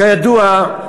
כידוע,